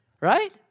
right